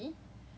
ten more